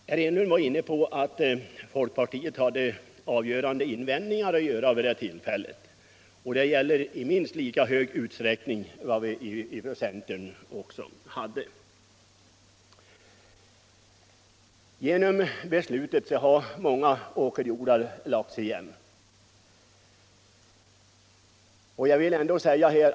Herr Enlund sade att folkpartiet hade avgörande invändningar när det 81 beslutet fattades, och det är något som i minst lika hög grad gäller för centerns del. På grund av det olyckliga beslutet som regeringspartiet drev igenom har många åkerjordar lagts igen.